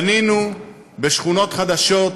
בנינו בשכונות חדשות,